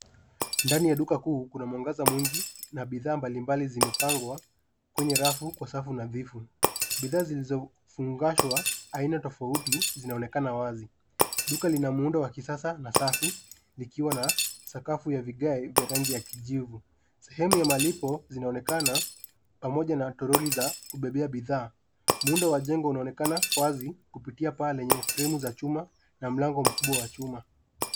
Ndani ya duka kuu kuna mwangaza mwingi na bidhaa mbalimbali zimepangwa kwenye rafu kwa safu nadhifu, bidhaa zilizofungashwa aina tofauti zinaonekana wazi duka lina muundo wa kisasa na safi nikiwa na sakafu ya vigae vya rangi ya kijivu ,sehemu ya malipo zinaonekana pamoja na toroli za kubebea bidhaa muundo wa jengo unaonekana wazi kupitia paa lenye fremu za chuma na mlango mkubwa wa chuma.